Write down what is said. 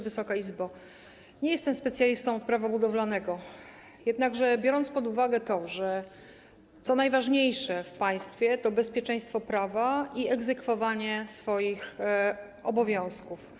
Wysoka Izbo! Nie jestem specjalistą od Prawa budowlanego, jednakże biorąc pod uwagę to, że to, co najważniejsze w państwie, to bezpieczeństwo prawa i egzekwowanie obowiązków.